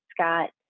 Scott